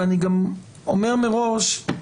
אני אומר מראש: